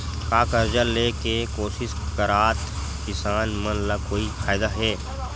का कर्जा ले के कोशिश करात किसान मन ला कोई फायदा हे?